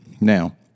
Now